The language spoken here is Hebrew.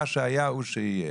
מה שהיה הוא שיהיה.